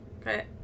Okay